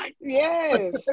Yes